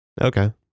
Okay